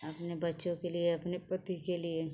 अपने बच्चों के लिए अपने पति के लिए